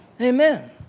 Amen